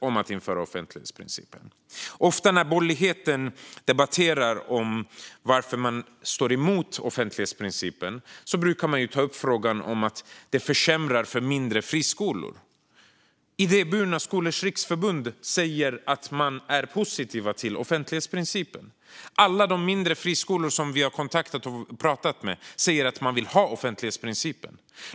Ofta när borgerligheten debatterar varför den motsätter sig offentlighetsprincipen hörs argumentet att det försämrar för mindre friskolor. Idéburna skolors riksförbund säger att man är positiv till offentlighetsprincipen, och alla de mindre friskolor vi har pratat med vill ha offentlighetsprincipen.